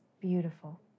Beautiful